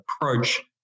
approach